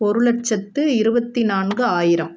ஒரு லட்சத்து இருபத்தி நான்கு ஆயிரம்